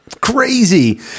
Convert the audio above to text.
crazy